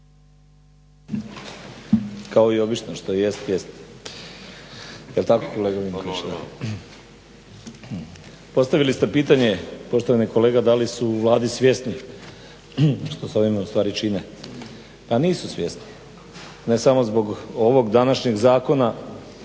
Pa nisu svjesni. Ne samo zbog ovog današnjeg zakona